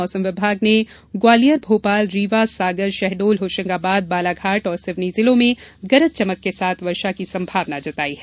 मौसम विभाग ने ग्वालियर भोपाल रीवा सागर शहडोल होशंगाबाद बालाघाट और सिवनी जिलों में गरज चमक के साथ वर्षा की सम्भावना जताई है